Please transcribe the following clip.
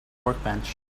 workbench